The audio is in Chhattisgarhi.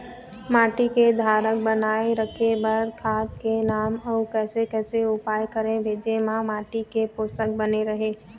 माटी के धारल बनाए रखे बार खाद के नाम अउ कैसे कैसे उपाय करें भेजे मा माटी के पोषक बने रहे?